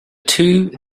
two